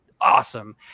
awesome